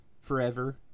forever